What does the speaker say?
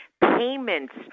payments